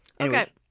Okay